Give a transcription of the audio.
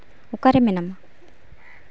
ᱚᱠᱟᱨᱮ ᱢᱮᱱᱟᱢᱟ